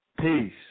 peace